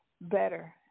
better